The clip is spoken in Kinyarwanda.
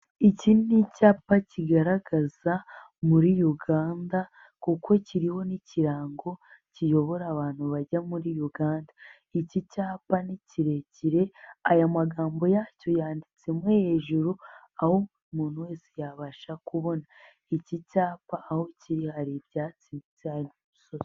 Iki ni icyapa kigaragaza muri Uganda kuko kiriho n'ikirango kiyobora abantu bajya muri Uganda, iki cyapa ni kirekire aya magambo yacyo yanditse mo hejuru aho umuntu wese yabasha kubona, iki cyapa aho kiri hari ibyatsi.